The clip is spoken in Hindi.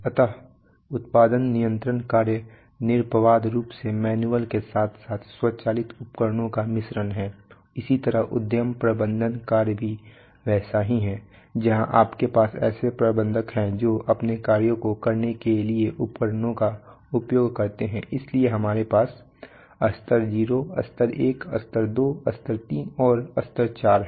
अतः उत्पादन नियंत्रण कार्य निरपवाद रूप से मैनुअल के साथ साथ स्वचालित उपकरणों का मिश्रण हैं इसी तरह उद्यम प्रबंधन कार्य भी वैसा ही है जहां आपके पास ऐसे प्रबंधक हैं जो अपने कार्यों को करने के लिए उपकरणों का उपयोग करते हैं इसलिए हमारे पास स्तर 0 स्तर 1 स्तर 2 स्तर 3 और स्तर 4 है